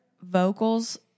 vocals